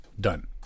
done